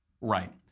Right